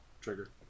trigger